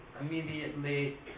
immediately